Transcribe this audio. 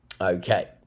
Okay